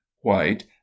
White